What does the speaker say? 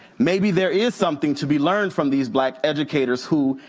maybe there is something to be learned from these black educators who,